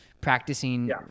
Practicing